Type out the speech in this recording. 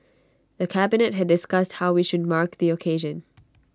the cabinet had discussed how we should mark the occasion